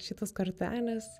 šitos kortelės